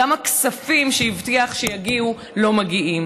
גם הכספים שהבטיח שיגיעו לא מגיעים.